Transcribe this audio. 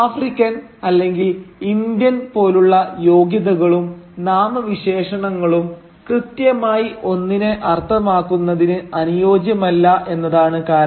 African അല്ലെങ്കിൽ Indian പോലുള്ള യോഗ്യതകളും നാമവിശേഷണങ്ങളും കൃത്യമായി ഒന്നിനെ അർത്ഥമാക്കുന്നതിന് അനുയോജ്യമല്ല എന്നതാണ് കാരണം